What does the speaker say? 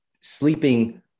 sleeping